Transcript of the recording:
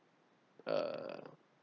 uh